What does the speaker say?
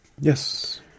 Yes